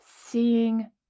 seeing